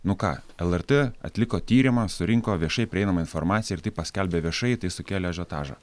nu ką lrt atliko tyrimą surinko viešai prieinamą informaciją ir tai paskelbia viešai tai sukėlė ažiotažą